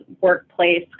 workplace